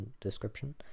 description